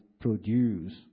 produce